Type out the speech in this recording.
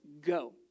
go